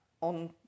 on